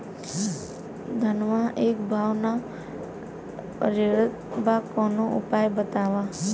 धनवा एक भाव ना रेड़त बा कवनो उपाय बतावा?